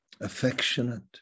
affectionate